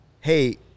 Hey